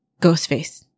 Ghostface